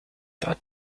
that